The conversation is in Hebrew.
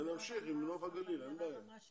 קודם כל מה שמעציב אותי זה שמהדיון הקודם